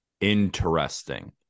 Interesting